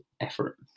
effort